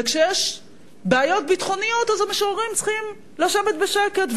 וכשיש בעיות ביטחוניות אז המשוררים צריכים לשבת בשקט.